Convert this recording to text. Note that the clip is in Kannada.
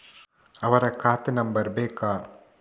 ಅವರ ಖಾತೆ ನಂಬರ್ ಬೇಕಾ?